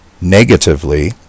Negatively